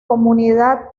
comunidad